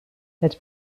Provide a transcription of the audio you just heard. het